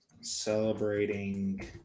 celebrating